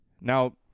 Now